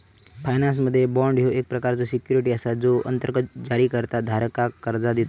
फायनान्समध्ये, बाँड ह्यो एक प्रकारचो सिक्युरिटी असा जो अंतर्गत जारीकर्ता धारकाक कर्जा देतत